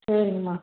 சரிங்கம்மா